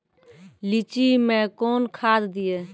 लीची मैं कौन खाद दिए?